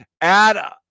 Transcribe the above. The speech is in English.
add